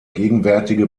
gegenwärtige